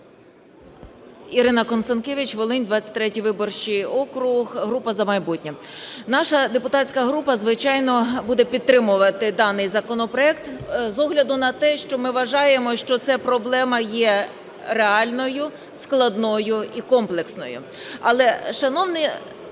Ірина Констанкевич, Волинь, 23 виборчий округ, група "За майбутнє". Наша депутатська група, звичайно, буде підтримувати даний законопроект з огляду на те, що ми вважаємо, що це проблема є реальною, складною і комплексною.